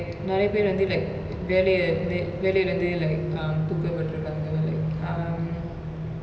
on top of that like home-based businesses like ரொம்ப:romba sappu பன்னிருகாங்க:pannirukaanga so I think it's definitely been a very difficult year for a lot of people lah